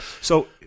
So-